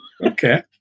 Okay